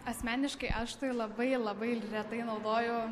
asmeniškai aš tai labai labai retai naudoju